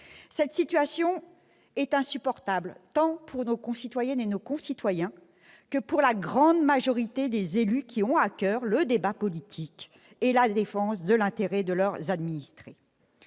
Cette situation est insupportable, tant pour nos concitoyennes et nos concitoyens que pour la grande majorité des élus qui ont à coeur le débat politique et la défense de l'intérêt de leurs administrés.